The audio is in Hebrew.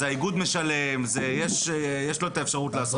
זה האיגוד משלם ויש לו את האפשרות לעשות את זה.